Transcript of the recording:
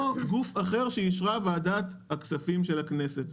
או גוף אחר שאישרה ועדת הכספים של הכנסת.